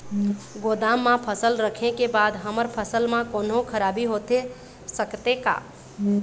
गोदाम मा फसल रखें के बाद हमर फसल मा कोन्हों खराबी होथे सकथे का?